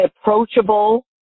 approachable